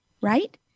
right